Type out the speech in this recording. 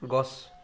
গছ